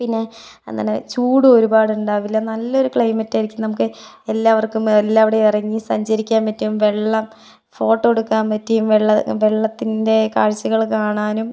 പിന്നെ എന്താണ് ചൂട് ഒരുപാട് ഉണ്ടാവില്ല നല്ലൊരു ക്ലൈമറ്റായിരിക്കും നമുക്ക് എല്ലാവർക്കും എല്ലാവിടെയും ഇറങ്ങി സഞ്ചരിക്കാൻ പറ്റും വെള്ളം ഫോട്ടോ എടുക്കാൻ പറ്റിയും വെള്ളം വെള്ളത്തിൻ്റെ കാഴ്ചകൾ കാണാനും